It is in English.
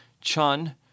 Chun